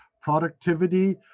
productivity